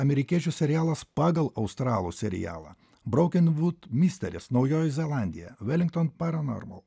amerikiečių serialas pagal australų serialą braukiant būtų misteris naujoji zelandija velington paranormal